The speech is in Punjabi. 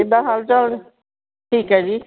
ਕਿੱਦਾਂ ਹਾਲ ਚਾਲ ਠੀਕ ਹੈ ਜੀ